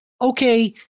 Okay